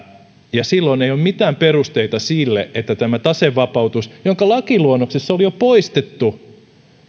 silloin ei ole mitään perusteita sille että tämä tasevapautus joka lakiluonnoksessa oli jo poistettu